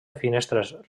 finestres